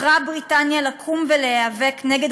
בחרה בריטניה לקום ולהיאבק נגד